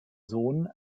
sohn